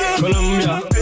Colombia